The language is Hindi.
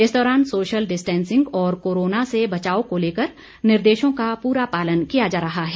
इस दौरान सोशल डिस्टैंसिंग और कोरोना से बचाव को लेकर निर्देशों का पूरा पालन किया जा रहा है